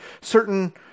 certain